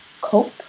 cope